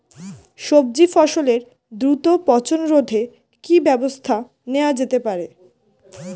সবজি ফসলের দ্রুত পচন রোধে কি ব্যবস্থা নেয়া হতে পারে?